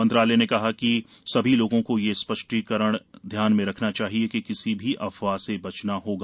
मंत्रालय ने कहा कि सभी लोगों को यह स्पष्टीकरण ध्यान में रखना चाहिए और किसी भी अफवाह से बचना चाहिए